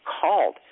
called